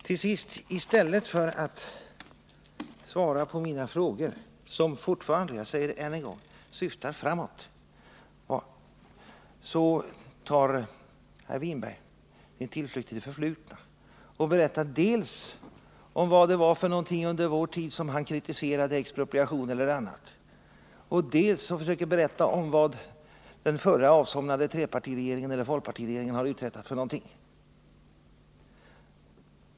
Till sist: i stället för att svara på mina frågor, som fortfarande — jag säger det än en gång — syftar framåt, så tar herr Winberg sin tillflykt till det förflutna och berättar om vad det var för någonting under vår tid som han kritiserade — expropriation eller annat — och försöker vidare berätta om vad den avsomnade förra trepartiregeringen eller folkpartiregeringen har uträttat för någonting.